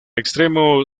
extremo